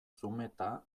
zumeta